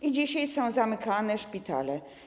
I dzisiaj są zamykane szpitale.